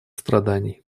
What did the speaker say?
страданий